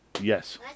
Yes